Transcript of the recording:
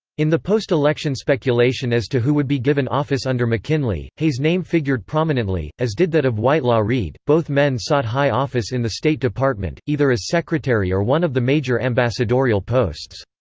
in the post-election speculation as to who would be given office under mckinley, hay's name figured prominently, as did that of whitelaw reid both men sought high office in the state department, either as secretary or one of the major ambassadorial posts.